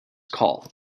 call